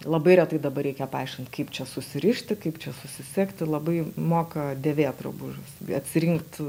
labai retai dabar reikia paaiškint kaip čia susirišti kaip čia susisegti labai moka dėvėt drabužius atsirinkt